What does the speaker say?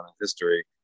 history